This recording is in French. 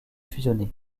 fusionnée